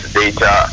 data